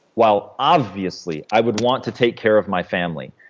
while obviously i would want to take care of my family,